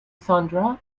sandra